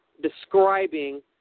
describing